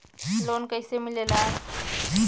Loan कईसे मिलेला?